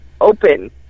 open